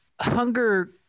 hunger